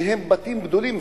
שהם בתים גדולים,